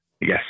Yes